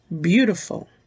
beautiful